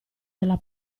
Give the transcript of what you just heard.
della